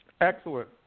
Excellent